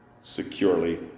securely